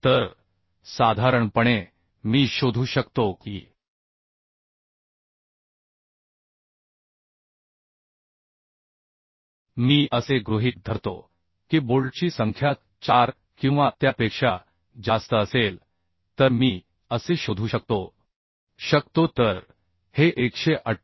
तर साधारणपणे मी शोधू शकतो की मी असे गृहीत धरतो की बोल्टची संख्या 4 किंवा त्यापेक्षा जास्त असेल तर मी असे शोधू शकतो शकतो तर हे 198